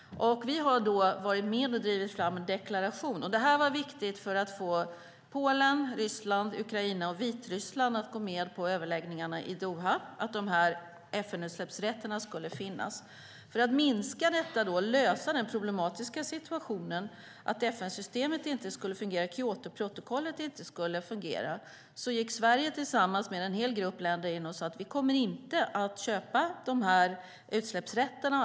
Vi har varit med och drivit fram en deklaration. Att dessa FN-utsläppsrätter skulle finnas var viktigt för att få Polen, Ryssland, Ukraina och Vitryssland att gå med på överläggningarna i Doha. För att minska och lösa den problematiska situationen - att FN-systemet och Kyotoprotokollet inte skulle fungera - gick Sverige tillsammans med en hel grupp länder in och sade att vi inte kommer att köpa utsläppsrätterna.